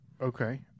Okay